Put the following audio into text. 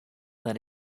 that